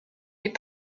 les